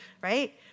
right